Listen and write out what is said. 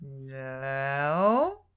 No